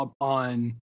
on